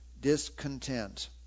discontent